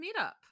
meetup